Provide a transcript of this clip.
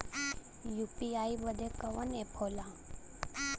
UPI बदे कवन app होला?